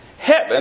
Heaven